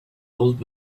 old